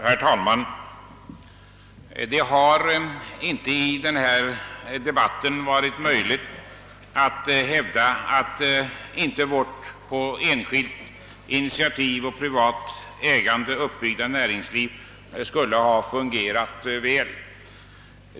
Herr talman! Det har inte i denna debatt varit möjligt att hävda att inte vårt på enskilt initiativ och privat ägande uppbyggda näringsliv skulle ha fungerat väl.